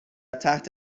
تحت